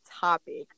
topic